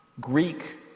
Greek